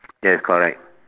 yes correct